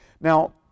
Now